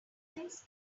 things